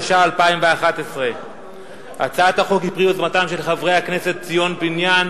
התשע"א 2011. הצעת החוק היא פרי יוזמתם של חברי הכנסת ציון פיניאן,